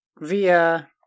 via